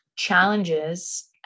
challenges